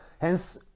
Hence